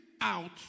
out